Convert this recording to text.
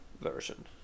version